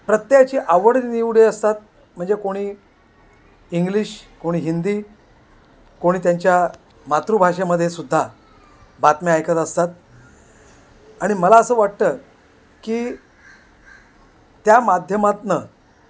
प्रत्येकाची आवड निवडी असतात म्हणजे कोणी इंग्लिश कोणी हिंदी कोणी त्यांच्या मातृभाषेमध्ये सुद्धा बातम्या ऐकत असतात आणि मला असं वाटतं की त्या माध्यमातनं